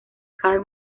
karl